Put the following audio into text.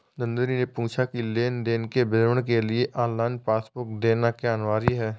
नंदनी ने पूछा की लेन देन के विवरण के लिए ऑनलाइन पासबुक देखना क्या अनिवार्य है?